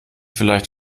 vielleicht